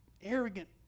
arrogant